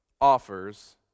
offers